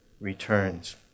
returns